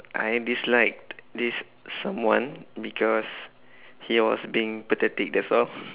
I disliked this someone because he was being pathetic that's all